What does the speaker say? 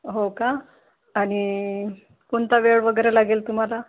हो का आणि कोणता वेळ वगैरे लागेल तुम्हाला